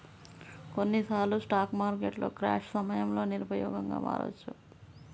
కొన్నిసార్లు స్టాక్ మార్కెట్లు క్రాష్ సమయంలో నిరుపయోగంగా మారవచ్చు